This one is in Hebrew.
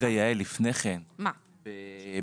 יעל, לפני כן, בהטבה